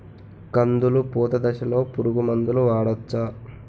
కందులు పూత దశలో పురుగు మందులు వాడవచ్చా?